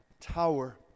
tower